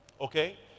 Okay